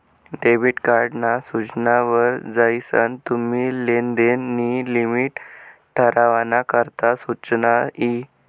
debit card ना सूचना वर जायीसन तुम्ही लेनदेन नी लिमिट ठरावाना करता सुचना यी